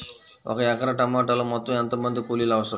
ఒక ఎకరా టమాటలో మొత్తం ఎంత మంది కూలీలు అవసరం?